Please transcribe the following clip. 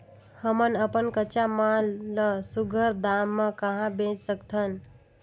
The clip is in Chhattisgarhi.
हमन अपन कच्चा माल ल सुघ्घर दाम म कहा बेच सकथन?